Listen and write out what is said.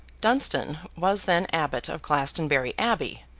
dunstan was then abbot of glastonbury abbey,